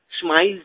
smiles